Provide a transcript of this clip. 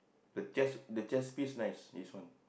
the chest the chest piece nice his one